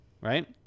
Right